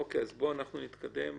נתקדם.